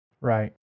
Right